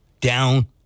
down